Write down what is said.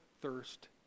thirst